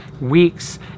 weeks